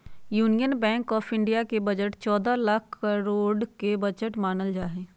union Bank of India के budget चौदह लाख करोड के बजट मानल जाहई